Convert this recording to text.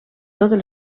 totes